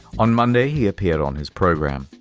on monday, he appeared on his program.